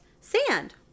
sand